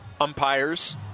umpires